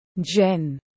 Jen